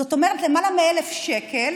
זאת אומרת, למעלה מ-1,000 שקל